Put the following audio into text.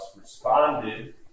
responded